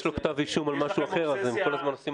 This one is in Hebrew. יש לו כתב אישום על משהו אחר אז הם כל הזמן עושים